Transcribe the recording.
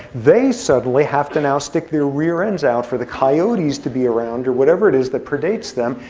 they suddenly have to now stick their rear ends out for the coyotes to be around or whatever it is that predates them.